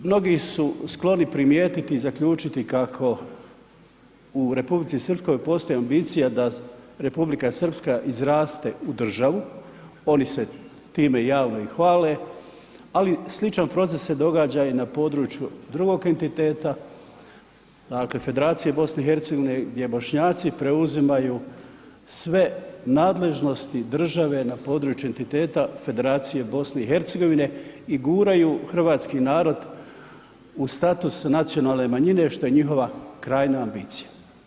Mnogi su skloni primijetiti i zaključiti kako u Republici Srpskoj postoji ambicija da Republika Srpska izraste u državu, oni se time javno i hvale, ali sličan proces se događa i na području drugog entiteta, dakle Federacije BiH gdje Bošnjaci preuzimaju sve nadležnosti države na području entiteta Federacije BiH i guraju hrvatski narod u status nacionalne manjine što je njihova krajnja ambicija.